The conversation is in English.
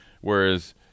Whereas